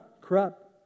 corrupt